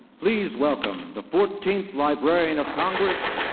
please welcome the fourteenth librarian of congress,